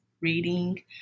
reading